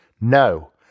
No